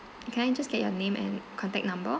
can I just get your name and contact number